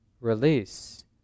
release